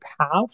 path